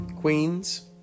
Queen's